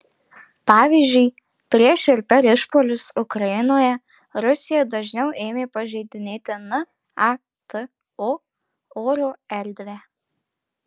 pavyzdžiui prieš ir per išpuolius ukrainoje rusija dažniau ėmė pažeidinėti nato oro erdvę